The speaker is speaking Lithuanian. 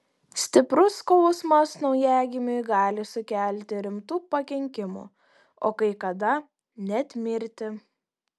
stiprus skausmas naujagimiui gali sukelti rimtų pakenkimų o kai kada net mirtį